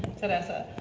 teresa.